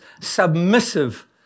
submissive